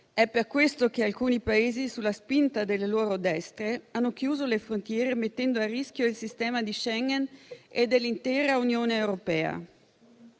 È per questo che alcuni Paesi, sulla spinta delle loro destre, hanno chiuso le frontiere mettendo a rischio il sistema di Schengen e dell'intera Unione europea.